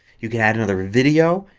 you can add another video.